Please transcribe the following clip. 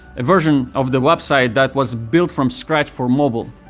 a version of the website that was built from scratch for mobile.